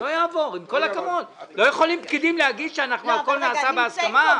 עם כל הכבוד פקידים לא יכולים להגיד שהכול נעשה בהסכמה?